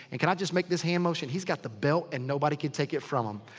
and can i just make this hand motion? he's got the belt and nobody can take it from him.